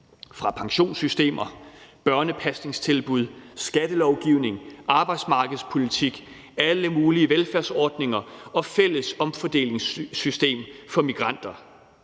– pensionssystemer, børnepasningstilbud, skattelovgivning, arbejdsmarkedspolitik, alle mulige velfærdsordninger og et fælles omfordelingssystem for migranter.